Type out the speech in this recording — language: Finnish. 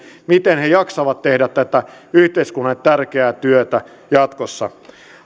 miten he jaksavat tehdä tätä yhteiskunnalle tärkeää työtä jatkossa